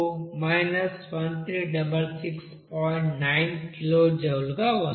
9 కిలోజౌల్గా వస్తుంది